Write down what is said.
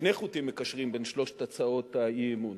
שני חוטים מקשרים, בין שלוש הצעות האי-אמון.